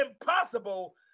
impossible